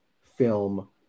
film